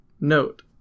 Note